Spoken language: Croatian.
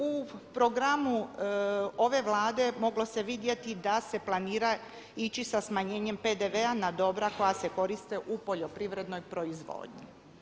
U programu ove Vlade moglo se vidjeti da se planira ići sa smanjenjem PDV-a na dobra koja se koriste u poljoprivrednoj proizvodnji.